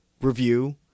review